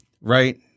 right